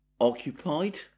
occupied